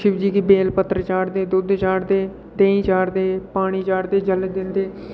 शिवजी गी बेल पत्तर चाढ़दे दुद्ध चाढ़दे देहीं चाढ़दे पानी चाढ़दे जल दिंदे